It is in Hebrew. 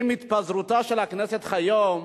עם התפזרותה של הכנסת היום.